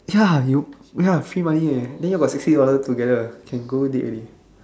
ya you ya free money air then ya'll got sixty dollar together can go date already